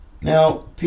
Now